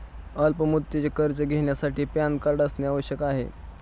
अल्प मुदतीचे कर्ज घेण्यासाठी पॅन कार्ड असणे आवश्यक आहे का?